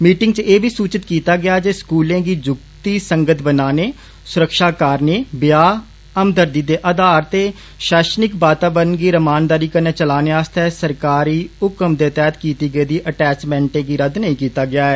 meeting च एह् बी सूचित कीता गेआ जे स्कूलें गी युक्तिसंगत बनाने सुरक्षा कारण ब्याह हमदर्दी दे आधार ते शैक्षिणक वातावरण गी रमानदारी कर्नै चलाने आस्तै सरकारी हुक्म दे तैहत कीती गेदी अटैचमैंट दी रद्द नेई कीता गेआ ऐ